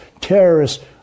Terrorists